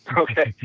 so okay?